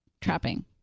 trapping